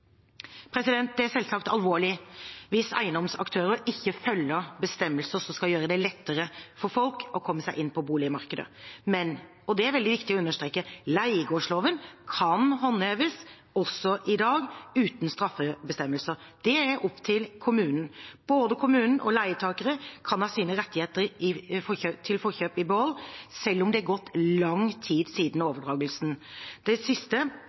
Det er selvsagt alvorlig hvis eiendomsaktører ikke følger bestemmelser som skal gjøre det lettere for folk å komme seg inn på boligmarkedet. Men – og det er veldig viktig å understreke – leiegårdsloven kan håndheves også i dag, uten straffebestemmelser. Det er opp til kommunen. Både kommune og leietakere kan ha sine rettigheter til forkjøpsrett i behold, selv om det er gått lang tid siden overdragelsen. Det siste